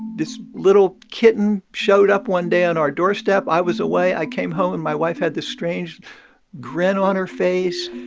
this little kitten showed up one day on our doorstep. i was away. i came home and my wife had this strange grin on her face.